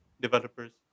developers